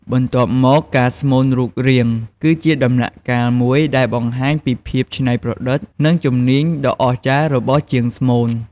បន្ទាប់មក ការស្មូនរូបរាងគឺជាដំណាក់កាលមួយដែលបង្ហាញពីភាពច្នៃប្រឌិត និងជំនាញដ៏អស្ចារ្យរបស់ជាងស្មូន។